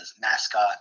mascot